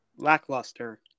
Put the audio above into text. Lackluster